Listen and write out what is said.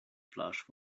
flash